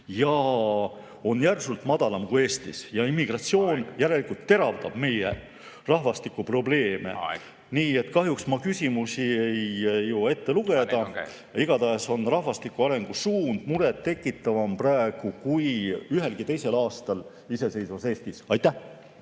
ja on järsult madalam kui Eestis. Immigratsioon järelikult teravdab meie rahvastikuprobleeme. Aeg! Kahjuks ma küsimusi ei jõua ette lugeda. Igatahes on rahvastiku arengusuund muret tekitavam praegu kui ühelgi teisel aastal iseseisvas Eestis. Aitäh!